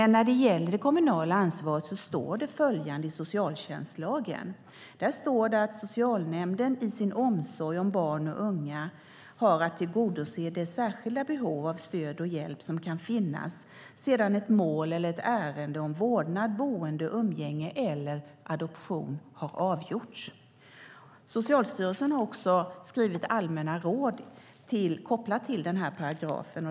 När det gäller det kommunala ansvaret står det i socialtjänstlagen att socialnämnden i sin omsorg om barn och unga har att "tillgodose det särskilda behov av stöd och hjälp som kan finnas sedan ett mål eller ärende om vårdnad, boende, umgänge eller adoption har avgjorts". Socialstyrelsen har också skrivit allmänna råd kopplade till den paragrafen.